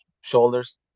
shoulders